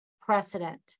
precedent